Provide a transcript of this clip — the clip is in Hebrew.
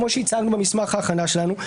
כמו שהצגנו במסמך ההכנה שלנו,